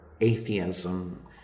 atheism